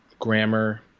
grammar